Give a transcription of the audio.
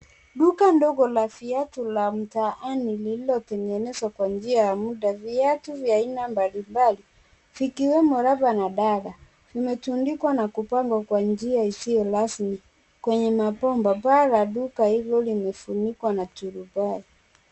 Duka ndogo la viatu la mtaani ililotengenezwa kwa njia ya mda, viatu aina mbali mbali zikwemo raba na dala, zimetundikwa na kupangwa isiyo rasmi kwenye mabomba, paa limefinukwa na turubai.